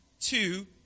Two